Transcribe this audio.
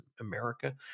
America